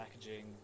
packaging